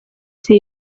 tea